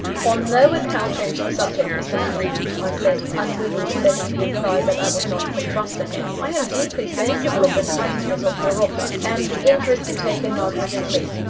on no account change the subject, mr. mannion, i said unwilling to let it be implied that i would not put trust in him. i am deeply sensible of the kindness of your offer, and the interest you take in margaret and me.